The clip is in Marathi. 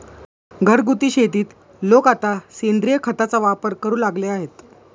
घरगुती शेतीत लोक आता सेंद्रिय खताचा वापर करू लागले आहेत